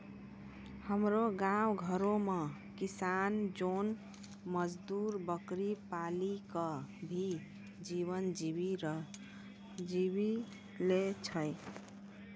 हमरो गांव घरो मॅ किसान जोन मजदुर बकरी पाली कॅ भी जीवन जीवी लॅ छय